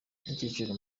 igiciro